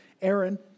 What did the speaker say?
Aaron